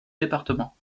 département